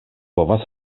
povas